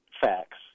facts